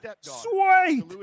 Sweet